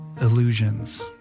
illusions